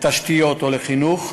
לתשתיות או לחינוך,